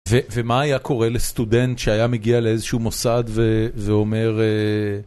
ומה היה קורה לסטודנט שהיה מגיע לאיזשהו מוסד ואומר...